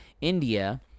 India